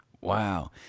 Wow